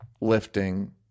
lifting